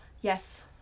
yes